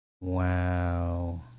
Wow